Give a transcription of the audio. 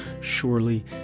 surely